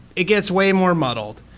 it gets way more muddled.